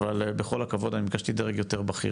אבל בכל הכבוד אני ביקשתי דרג יותר בכיר